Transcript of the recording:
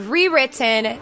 Rewritten